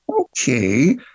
Okay